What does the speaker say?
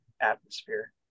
atmosphere